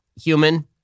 human